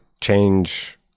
change